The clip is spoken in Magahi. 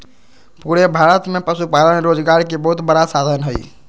पूरे भारत में पशुपालन रोजगार के बहुत बड़ा साधन हई